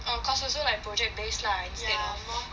orh coursework so like project based lah